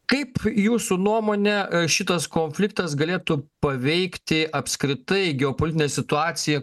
kaip jūsų nuomone šitas konfliktas galėtų paveikti apskritai geopolitinę situaciją